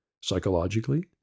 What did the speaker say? psychologically